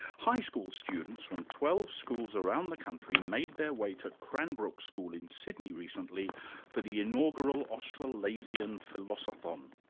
high school students from twelve schools around the country made their way to cranbrook school in sydney recently for the inaugural australasian philosothon.